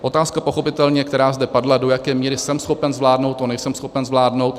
Otázka pochopitelně, která zde padla, do jaké míry to jsem schopen zvládnout a nejsem schopen zvládnout.